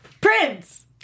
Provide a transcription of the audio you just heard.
Prince